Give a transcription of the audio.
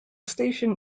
station